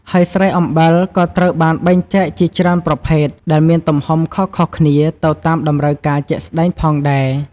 ហើយស្រែអំបិលក៏ត្រូវបានបែងចែកជាច្រើនប្រភេទ ដែលមានទំហំខុសៗគ្នា ទៅតាមតម្រូវការជាក់ស្ដែងផងដែរ។